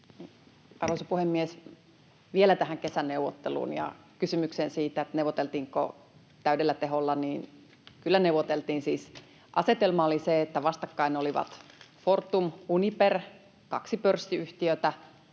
Arvoisa puhemies! Vielä tähän kesän neuvotteluun ja kysymykseen siitä, neuvoteltiinko täydellä teholla: Kyllä neuvoteltiin. Siis asetelma oli se, että vastakkain olivat Fortum ja Uniper, kaksi pörssiyhtiötä,